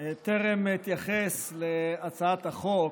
טרם אתייחס להצעת החוק,